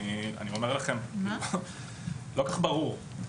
אני אומר לכם שזה לא כל כך ברור.